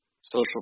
social